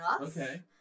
okay